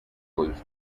close